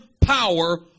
power